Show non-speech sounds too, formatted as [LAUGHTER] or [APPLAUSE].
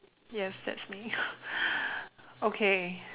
yes that's me [LAUGHS] okay